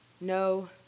No